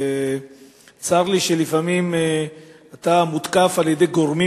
צר לי שלפעמים אתה מותקף על-ידי גורמים